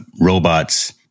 robots